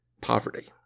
poverty